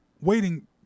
waiting